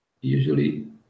Usually